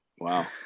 Wow